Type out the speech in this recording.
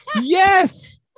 yes